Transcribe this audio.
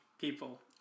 people